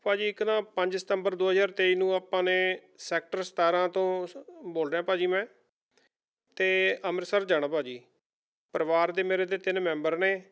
ਭਾਅ ਜੀ ਇੱਕ ਨਾ ਪੰਜ ਸਤੰਬਰ ਦੋ ਹਜ਼ਾਰ ਤੇਈ ਨੂੰ ਆਪਾਂ ਨੇ ਸੈਕਟਰ ਸਤਾਰ੍ਹਾਂ ਤੋਂ ਬੋਲ ਰਿਹਾ ਭਾਅ ਜੀ ਮੈਂ ਅਤੇ ਅੰਮ੍ਰਿਤਸਰ ਜਾਣਾ ਭਾਅ ਜੀ ਪਰਿਵਾਰ ਦੇ ਮੇਰੇ ਦੇ ਤਿੰਨ ਮੈਂਬਰ ਨੇ